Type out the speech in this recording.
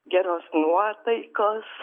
geros nuotaikos